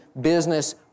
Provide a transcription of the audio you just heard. business